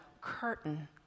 curtain